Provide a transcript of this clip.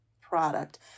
product